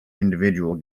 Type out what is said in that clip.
individual